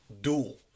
duel